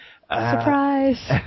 Surprise